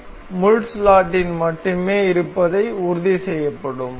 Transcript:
பின் முள் ஸ்லாட்டில் மட்டுமே இருப்பதை உறுதி செய்யப்படும்